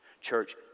Church